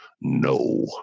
No